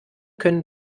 können